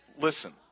Listen